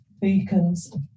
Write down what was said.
beacons